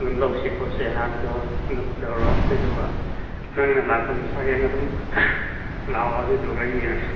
ꯑꯗꯨꯝ ꯂꯧꯁꯤ ꯈꯣꯠꯁꯤ ꯍꯥꯏꯕꯗꯣ ꯑꯗꯨꯝ ꯀꯩꯗꯧꯔꯣ ꯑꯗꯨꯗꯨꯒ ꯅꯪꯅ ꯂꯥꯛꯄꯗꯁꯨ ꯍꯌꯦꯡ ꯑꯗꯨꯝ ꯂꯥꯛꯑꯣ ꯑꯗꯨꯗꯨꯒ ꯌꯦꯡꯂꯁꯤ